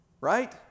right